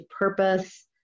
purpose